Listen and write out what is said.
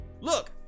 Look